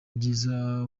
byiza